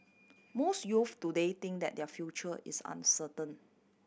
most youths today think that their future is uncertain